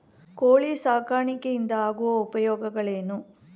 ಕೋಳಿ ಸಾಕಾಣಿಕೆಯಿಂದ ಆಗುವ ಉಪಯೋಗಗಳೇನು?